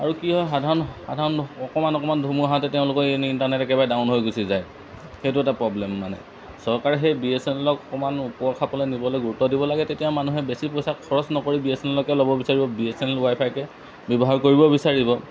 আৰু কি হয় সাধাৰণ সাধাৰণ অকণমান অকণমান ধুমুহাতে তেওঁলোকৰ এই ইণ্টাৰনেট একেবাৰে ডাউন হৈ গুচি যায় সেইটো এটা প্ৰব্লেম মানে চৰকাৰে সেই বি এছ এন এলক অকণমান ওপৰ খাপলৈ নিবলৈ গুৰুত্ব দিব লাগে তেতিয়া মানুহে বেছি পইচা খৰচ নকৰি বি এছ এন এলকে ল'ব বিচাৰিব বি এছ এন এল ৱাইফাইকে ব্যৱহাৰ কৰিব বিচাৰিব